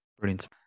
Brilliant